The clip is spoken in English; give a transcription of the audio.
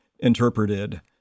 interpreted